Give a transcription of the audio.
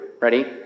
ready